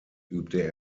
übte